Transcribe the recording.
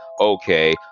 okay